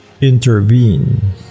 intervene